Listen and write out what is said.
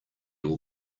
will